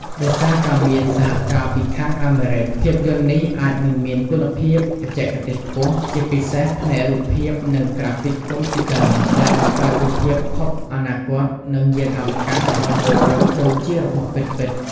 ដោយសារមានការសហការពីខាងអាមេរិក ភាពយន្តនេះអាចនឹងមានគុណភាពបច្ចេកទេសខ្ពស់ ជាពិសេសផ្នែករូបភាពនិង ក្រាហ្វិកកុំព្យូទ័រ ដែលបង្កើតរូបភាពភពអនាគត និងយានអវកាសឱ្យមើលទៅដូចជារបស់ពិតៗ ។